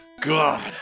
God